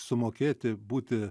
sumokėti būti